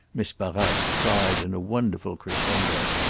miss barrace cried in a wonderful crescendo.